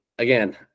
Again